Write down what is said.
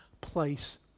place